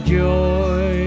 joy